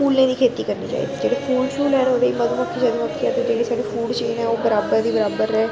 फुल्लें दी खेती करनी चाहिदी जेह्ड़े फूल शूल ऐ न ओह्दे च मधुमक्खी जेह्ड़े साढ़ी फूड चेन ऐ ओह् बराबर दी